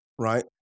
right